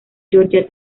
georgia